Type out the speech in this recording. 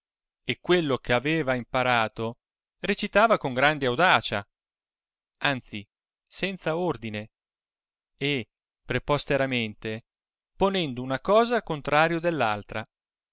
e quello ch'aveva imparato recitava con grande audacia anzi senza ordine e preposteramente ponendo una cosa al contrario dell'altra